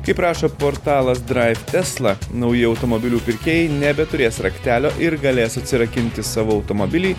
kaip rašo portalas draiv tesla nauji automobilių pirkėjai nebeturės raktelio ir galės atsirakinti savo automobilį